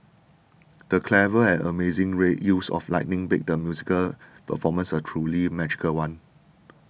the clever and amazing rain use of lighting made the musical performance a truly magical one